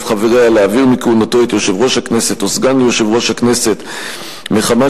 חבריה להעביר מכהונתו את יושב-ראש הכנסת או סגן יושב-ראש הכנסת מחמת